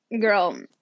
girl